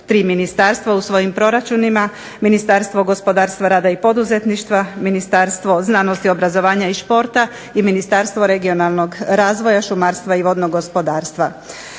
Ministarstva u svojim proračunima, Ministarstvo gospodarstva, rada i poduzetništva, Ministarstvo znanosti, obrazovanja i športa i Ministarstvo regionalnog razvoja, šumarstva i vodnog gospodarstva.